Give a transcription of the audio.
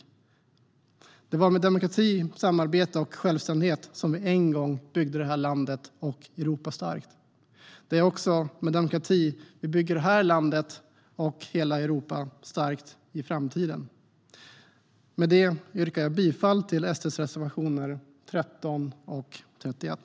Det var med demokrati, samarbete och självständighet som vi en gång byggde det här landet och Europa starkt. Det är också med demokrati som vi bygger det här landet och hela Europa starkt i framtiden. Med det yrkar jag bifall till SD:s reservationer 13 och 31.